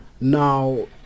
Now